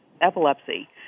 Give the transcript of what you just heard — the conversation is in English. epilepsy